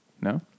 No